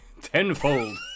tenfold